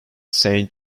saint